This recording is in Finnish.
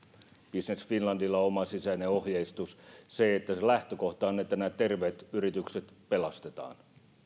business finlandilla on oma sisäinen ohjeistus se lähtökohta on että terveet yritykset pelastetaan